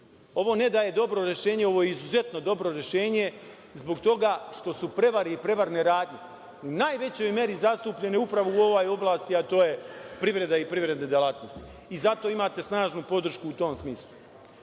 Ovo ne da je dobro rešenje, nego je izuzetno dobro rešenje zbog toga što su prevare i prevarne radnje u najvećoj meri zastupljene upravo u ovoj oblasti, a to je privreda i privredne delatnosti. Zato imate snažnu podršku u tom smislu. Na